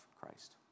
Christ